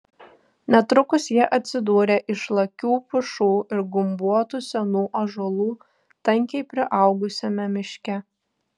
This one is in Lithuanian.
netrukus jie atsidūrė išlakių pušų ir gumbuotų senų ąžuolų tankiai priaugusiame miške